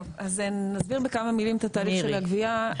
אז נסביר בכמה מילים את התהליך של הגבייה,